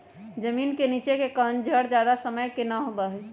जमीन के नीचे के कंद जड़ ज्यादा समय के ना होबा हई